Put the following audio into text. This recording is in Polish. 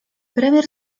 premier